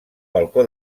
balcó